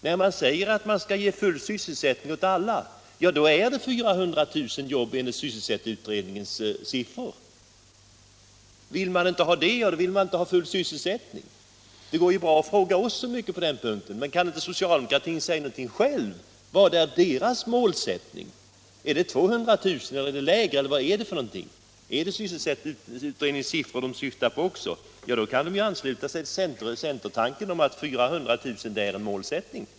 När man säger att man skall ge full sysselsättning åt alla, då är det fråga om 400 000 jobb enligt sysselsättningsutredningens siffror. Vill man inte ha det, då vill man inte ha full sysselsättning. Det går ju bra att fråga oss så mycket på den punkten, men kan inte socialdemokraterna säga någonting själva? Vad är deras målsättning? Är det 200 000, är det lägre, eller vad är det? Är det sysselsättningsutredningens siffror som socialdemokraterna också syftar på, då kan de ju ansluta sig till centertanken, att 400 000 är en målsättning.